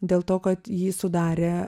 dėl to kad jį sudarė